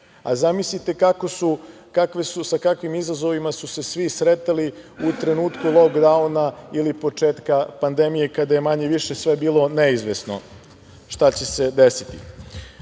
a zamislite sa kakvim izazovima su se svi sretali u trenutku lokdauna ili početka pandemije, kada je manje-više sve bilo neizvesno šta će se desiti. Zato,